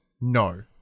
No